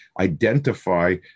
identify